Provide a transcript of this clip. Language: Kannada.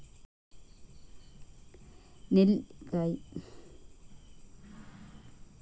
ನೆಲ್ಲಿಕಾಯಿ ಯುರೋಪ್ ಮತ್ತು ಪಶ್ಚಿಮ ಏಷ್ಯಾದ ಹಲವು ಭಾಗಗಳಿಗೆ ಸ್ಥಳೀಯವಾಗಿದೆ